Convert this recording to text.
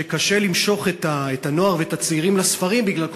שקשה למשוך את הנוער ואת הצעירים לספרים בגלל כל